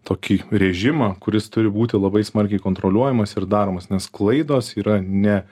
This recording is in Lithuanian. tokį režimą kuris turi būti labai smarkiai kontroliuojamas ir daromas nes klaidos yra ne